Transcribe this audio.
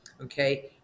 okay